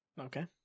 Okay